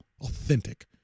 authentic